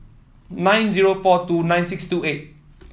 nine zero four two nine six two eight